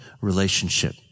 relationship